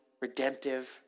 redemptive